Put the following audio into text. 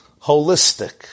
holistic